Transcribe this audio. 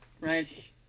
Right